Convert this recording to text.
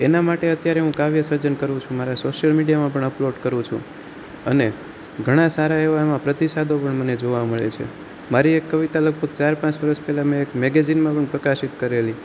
એના માટે અત્યારે હું કાવ્ય સર્જન કરું છું મારા સોશિયલ મીડિયામાં પણ અપલોડ કરું છું અને ઘણા સારા એવા એમાં પ્રતિસાદો પણ મને જોવા મળે છે મારી એક કવિતા લગભગ ચાર પાંચ વરસ પહેલાં મેં એક મેગેઝીનમાં પણ પ્રકાશિત કરેલી